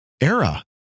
era